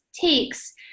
takes